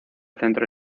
centro